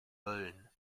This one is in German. mölln